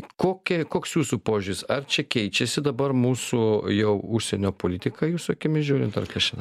kokie koks jūsų požiūris ar čia keičiasi dabar mūsų jau užsienio politika jūsų akimis žiūrint ar kas čia da